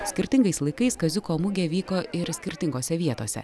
skirtingais laikais kaziuko mugė vyko ir skirtingose vietose